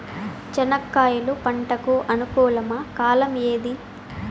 చెనక్కాయలు పంట కు అనుకూలమా కాలం ఏది?